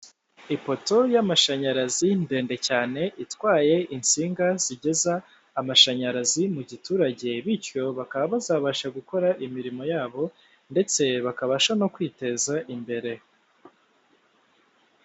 Ipoto y'amashanyarazi ndende cyane itwaye insinga zigeza amashanyarazi mu giturage, bityo bakaba bazabasha gukora imirimo yabo ndetse bakabasha no kwiteza imbere.